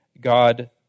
God